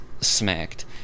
smacked